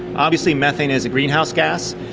obviously methane is a greenhouse gas,